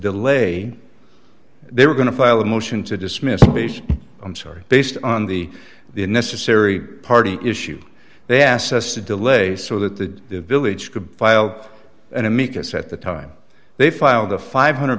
delay they were going to file a motion to dismiss i'm sorry based on the the necessary party issue they asked us to delay so that the village could file an amicus at the time they filed a five hundred